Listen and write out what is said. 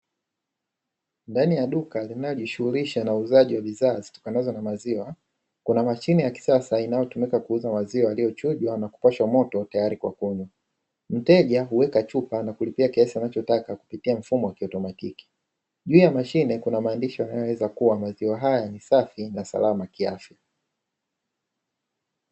Ndani ya duka linalojishughulisha na uuzaji wa bidhaa zinazotokana na maziwa kuna mashine ya kisasa inayotumika kuuza maziwa yaliyochujwa na kupashwa moto tayari kwa kunywa, mteja huweka chupa na kulipia kiasi anachotaka kupitia mfumo wa kiotomatiki, juu ya mashine kuna maandishi yanayoeleza kuwa maziwa haya ni safi na salama kiafya.